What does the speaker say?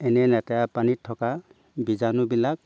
এনেই লেতেৰা পানীত থকা বীজাণুবিলাক